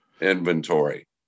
inventory